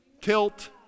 Tilt